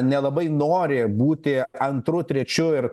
nelabai nori būti antru trečiu ir